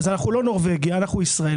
אז אנחנו לא נורבגיה, אנחנו ישראל.